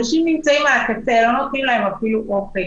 אנשים נמצאים על הקצה ולא נותנים להם אפילו אופק.